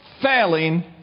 failing